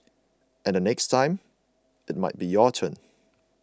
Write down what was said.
and the next time it might be your turn